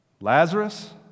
Lazarus